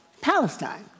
Palestine